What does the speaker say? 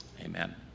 amen